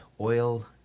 oil